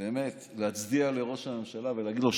באמת להצדיע לראש הממשלה ולהגיד לו